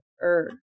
earth